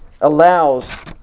allows